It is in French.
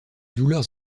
douleurs